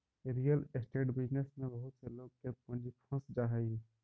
real estate business में बहुत से लोग के पूंजी फंस जा हई